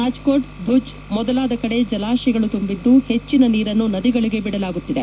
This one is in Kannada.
ರಾಜ್ಕೋಟ್ ಭುಜ್ ಮೊದಲಾದ ಕಡೆ ಜಲಾಶಯಗಳು ತುಂಬಿದ್ದು ಹೆಚ್ಚಿನ ನೀರನ್ನು ನದಿಗಳಿಗೆ ಬಿಡಲಾಗುತ್ತಿದೆ